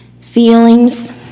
feelings